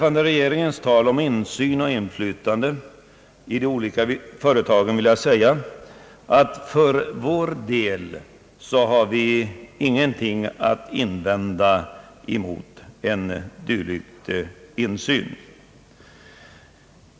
Till regeringens ordande om insyn och inflytande i de olika företagen vill jag säga, att för vår del har vi ingenting att invända mot en dylik insyn.